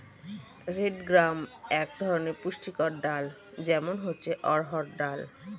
red gram এক ধরনের পুষ্টিকর ডাল, যেমন হচ্ছে অড়হর ডাল